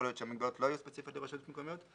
יכול להיות שהמגבלות לא יהיו ספציפיות לרשויות מקומיות.